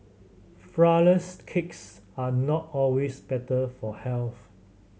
flourless cakes are not always better for health